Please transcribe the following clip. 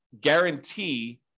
guarantee